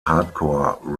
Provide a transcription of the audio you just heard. hardcore